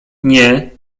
nie